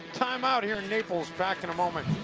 timeout here in naples. back in a moment.